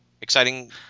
Exciting